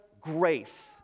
grace